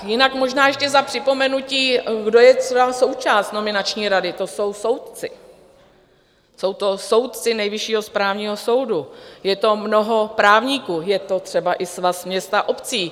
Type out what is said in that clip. Jinak možná ještě za připomenutí, kdo je třeba součást nominační rady to jsou soudci, jsou to soudci Nejvyššího správního soudu, je to mnoho právníků, je to třeba i Svaz měst a obcí.